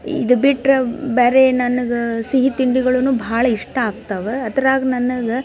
ಇದು ಬಿಟ್ಟರೆ ಬೇರೆ ನನಗೆ ಸಿಹಿ ತಿಂಡಿಗಳೂ ಭಾಳ ಇಷ್ಟ ಆಗ್ತವೆ ಅದ್ರಾಗ ನನಗೆ